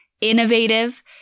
innovative